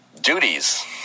duties